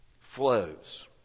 flows